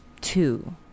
two